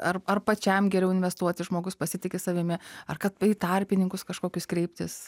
ar ar pačiam geriau investuoti žmogus pasitiki savimi ar kad į tarpininkus kažkokius kreiptis